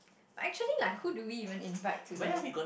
but actually like who do we invite to the wedding